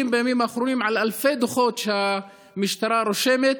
בימים האחרונים על אלפי דוחות שהמשטרה רושמת.